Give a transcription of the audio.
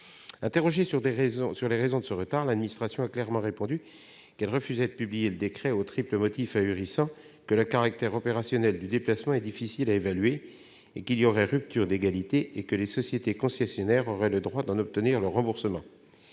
Interrogée sur les raisons de ce retard, l'administration a clairement répondu qu'elle refusait de publier le décret, au triple motif ahurissant que « le caractère opérationnel du déplacement est difficile à évaluer », qu'il y aurait « rupture de l'égalité » et que « les sociétés concessionnaires auraient le droit d'en obtenir le remboursement.